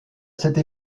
cette